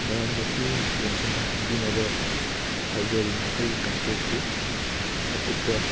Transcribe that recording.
ꯅ ꯃꯁꯤ ꯌꯦꯡꯁꯤꯟꯕꯤꯅꯕ ꯍꯥꯏꯖꯔꯤ ꯑꯩꯒꯤ ꯀꯟꯇꯦꯛꯀꯤ ꯑꯀꯨꯞꯄ